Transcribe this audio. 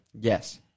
Yes